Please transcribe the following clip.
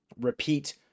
repeat